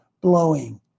blowing